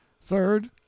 Third